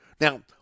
Now